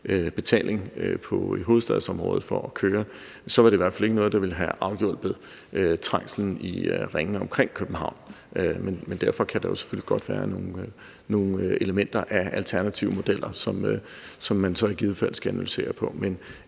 at køre i hovedstadsområdet, var det i hvert fald ikke noget, der ville have afhjulpet trængslen i ringene omkring København. Men derfor kan der selvfølgelig godt være nogle elementer af alternative modeller, som man så i givet fald skal analysere på.